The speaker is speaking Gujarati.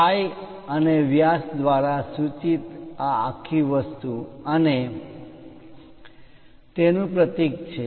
phi અને વ્યાસ દ્વારા સૂચિત આ આખી વસ્તુ અને તેનું પ્રતીક છે